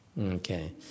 Okay